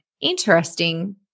interesting